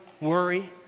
worry